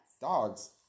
Dogs